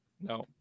No